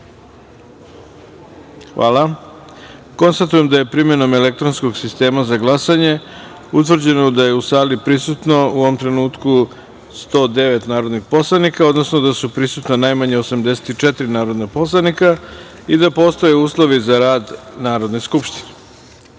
jedinice. Hvala. Konstatujem da je, primenom elektronskog sistema za glasanje, utvrđeno da je u sali prisutno u ovom trenutku 109 narodnih poslanika, odnosno da su prisutna najmanje 84 narodna poslanika i da postoje uslovi za rad Narodne